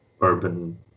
urban